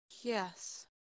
Yes